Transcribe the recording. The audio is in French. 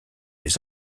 les